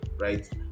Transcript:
right